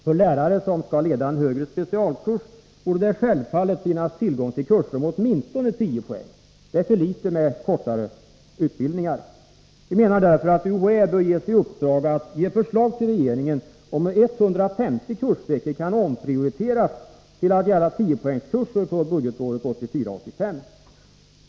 För lärare som skall leda en högre specialkurs borde det självfallet finnas tillgång till kurser om åtminstone 10 poäng. Det är för litet att ha kortare utbildningar. Vi menar därför att UHÄ bör ges i uppdrag att lämna förslag till regeringen om hur 150 kursveckor kan omprioriteras till att gälla 10-poängskurser för budgetåret 1984/85.